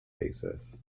basis